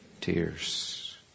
tears